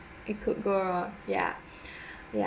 it could go wrong ya ya